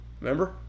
remember